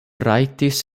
rajtis